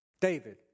David